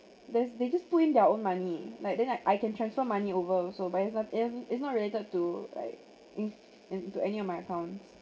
there's they just put in their own money like then like I can transfer money over also but it's no~ it's not related to like into any of my accounts